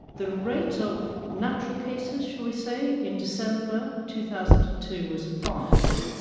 the rate of natural cases, shall we say, in december two thousand and two was five.